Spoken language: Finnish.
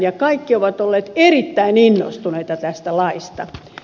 ja kaikki ovat olleet erittäin innostuneita tästä laista